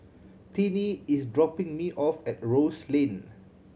Tiney is dropping me off at Rose Lane